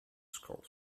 schools